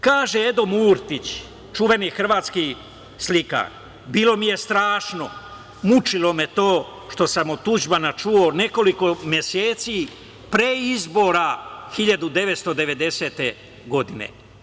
Kaže Edo Murtić, čuveni hrvatski slikar: "Bilo mi je strašno, mučilo me to što sam od Tuđmana čuo nekoliko meseci pre izbora, 1990. godine.